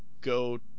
go